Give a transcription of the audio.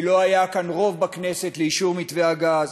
כי לא היה כאן בכנסת רוב לאישור מתווה הגז,